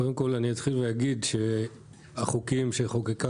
קודם כול אתחיל ואגיד שהחוקים שחוקקה